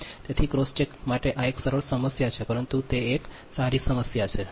તેથી cross check માટે આ એક સરળ સમસ્યા છે પરંતુ તે એક સારી સમસ્યા છે